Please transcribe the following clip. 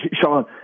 Sean